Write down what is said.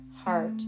heart